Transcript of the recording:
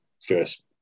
first